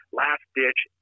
last-ditch